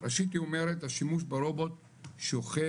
ראשית היא אומרת השימוש ברובוט שהוא חלק